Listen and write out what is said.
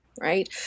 right